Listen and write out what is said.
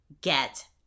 get